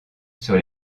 sur